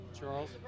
Charles